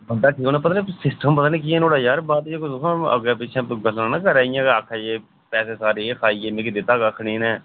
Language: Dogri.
बंदा ठीक होना पता नी कोई सिस्टम किए जेहा नुआढ़ा यार बाच कोई दिक्खां अग्गै पिच्छै गल्लां नी ना करे इयां के आखदे जी पैसे सारे एह् खाई गे मिगी दित्ता कक्ख नी इनें